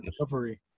recovery